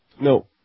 No